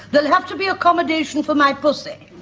they'll have to be accommodation for my pussy